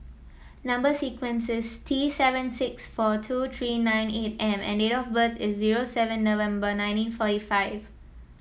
number sequence is T seven six four two three nine eight M and date of birth is zero seven November nineteen forty five